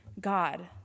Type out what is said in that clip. God